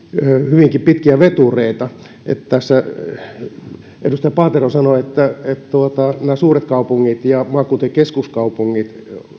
hyvinkin pitkiä vetureita edustaja paatero sanoi että nämä suuret kaupungit ja maakuntien keskuskaupungit